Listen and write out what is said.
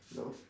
no